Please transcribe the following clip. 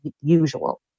usual